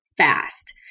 fast